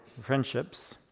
friendships